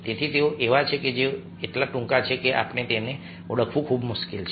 તેથી તેઓ એવા છે કે તેઓ એટલા ટૂંકા છે કે તેમને ઓળખવું ખૂબ મુશ્કેલ છે